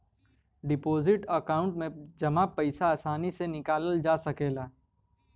deposit account में जमा पइसा आसानी से निकालल जा सकला